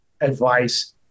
advice